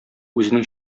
үзенең